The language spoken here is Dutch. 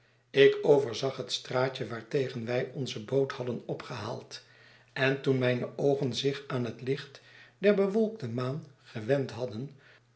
ik overzag het straatje waartegen wij onze boot hadden opgehaald en toen rnijne oogen zich aan het licht der bewolkte maan gewend hadden